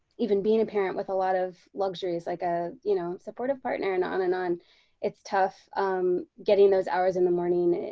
even being a parent with a lot of luxuries like a you know, supportive partner and on and on it's tough getting those hours in the morning.